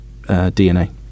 DNA